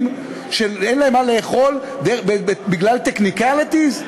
שאין להם מה לאכול בגלל technicalities?